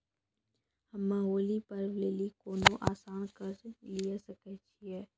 हम्मय होली पर्व लेली कोनो आसान कर्ज लिये सकय छियै?